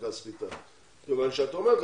ברור.